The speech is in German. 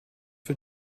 für